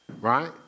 right